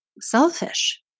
selfish